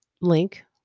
link